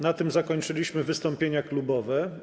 Na tym zakończyliśmy wystąpienia klubowe.